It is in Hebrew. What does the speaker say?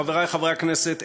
חברי חברי הכנסת,